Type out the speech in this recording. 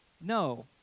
no